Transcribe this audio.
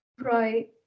Right